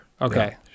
Okay